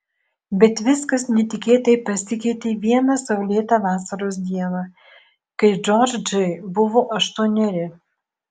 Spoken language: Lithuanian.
bet viskas netikėtai pasikeitė vieną saulėtą vasaros dieną kai džordžai buvo aštuoneri